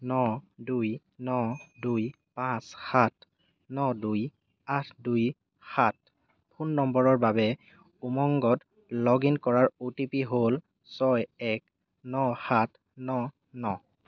ন দুই ন দুই পাঁচ সাত ন দুই আঠ দুই সাত ফোন নম্বৰৰ বাবে উমংগত লগ ইন কৰাৰ অ' টি পি হ'ল ছয় এক ন সাত ন ন